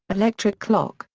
electric clock,